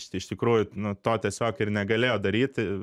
iš tikrųjų nu to tiesiog ir negalėjo daryt